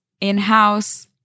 in-house